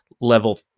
level